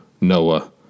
Noah